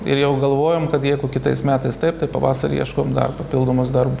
ir jau galvojom kad jeigu kitais metais taip tai pavasarį ieškom dar papildomos darbo